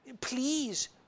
please